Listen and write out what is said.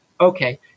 Okay